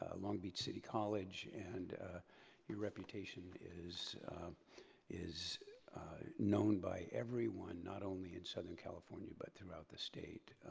ah long beach city college and your reputation is is known by everyone, not only in southern california but throughout the state.